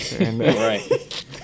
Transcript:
right